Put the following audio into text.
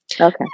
Okay